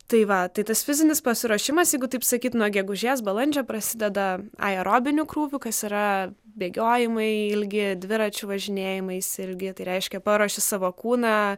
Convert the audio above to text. tai va tai tas fizinis pasiruošimas jeigu taip sakyt nuo gegužės balandžio prasideda aerobiniu krūviu kas yra bėgiojimai ilgi dviračiu važinėjimais ilgi tai reiškia paruoši savo kūną